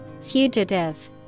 Fugitive